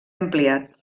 ampliat